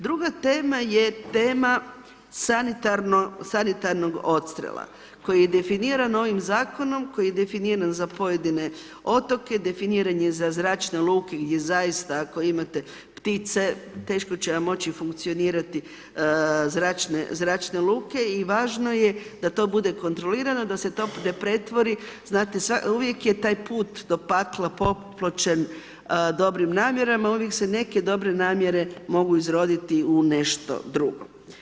Druga tema je tema sanitarnog odstrela, koji je definiran ovim zakonom koji je definiran za pojedine otoke, definiran je za zračne luke i zaista ako imate ptice, teško će vam moći funkcionirati zračne luke i važno je da to bude kontrolirano da se to ne pretvori, znate uvijek je taj put do pakla popločen dobrim namjerama, uvijek se neke dobre namjere mogu izroditi u nešto drugo.